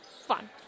fun